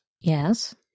Yes